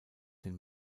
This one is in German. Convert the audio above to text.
den